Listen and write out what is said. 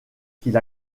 qu’il